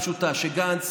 מהסיבה הפשוטה שגנץ,